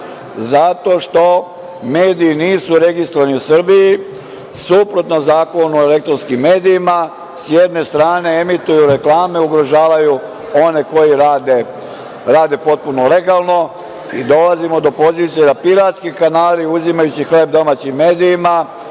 zato što mediji nisu registrovani u Srbiji. Suprotno Zakonu o elektronskim medijima, s jedne strane, emituju reklame, ugrožavaju one koji rade potpuno legalno i dolazimo do pozicije da piratski kanali, uzimajući hleb domaćim medijima,